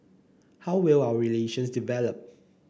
how will our relations develop